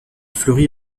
fleurit